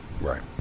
right